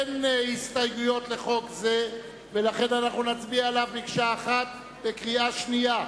אין הסתייגויות לחוק זה ולכן נצביע עליו מקשה אחת בקריאה שנייה.